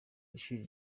ishuri